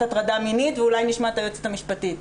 הטרדה מינית ואולי נשמע את היועצת המשפטית.